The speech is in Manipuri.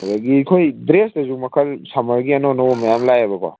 ꯑꯗꯒꯤ ꯑꯩꯈꯣꯏ ꯗ꯭ꯔꯦꯁꯇꯁꯨ ꯃꯈꯜ ꯁꯝꯃꯔꯒꯤ ꯑꯅꯧ ꯑꯅꯧꯕ ꯃꯌꯥꯝ ꯂꯥꯛꯑꯦꯕꯀꯣ